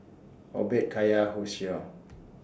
Obed Kaya Hosea